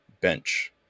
bench